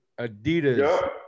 Adidas